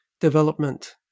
development